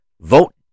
vote